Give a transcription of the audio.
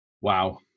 Wow